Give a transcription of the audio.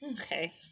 Okay